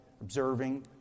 observing